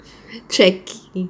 trekking